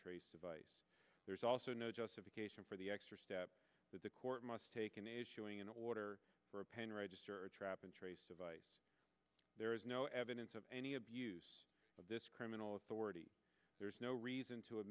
trace advice there's also no justification for the extra step that the court must take an issue an order for a pen register or a trap and trace device there is no evidence of any abuse of this criminal authority there is no reason to